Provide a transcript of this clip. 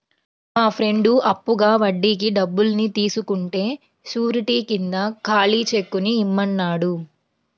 మా ఫ్రెండు అప్పుగా వడ్డీకి డబ్బుల్ని తీసుకుంటే శూరిటీ కింద ఖాళీ చెక్కుని ఇమ్మన్నాడు